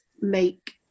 make